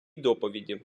доповіді